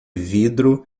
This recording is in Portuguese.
vidro